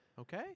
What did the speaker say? Okay